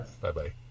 Bye-bye